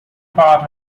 part